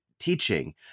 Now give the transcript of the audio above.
teaching